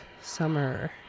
summer